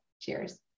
Cheers